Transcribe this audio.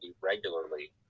regularly